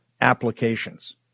applications